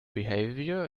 behavior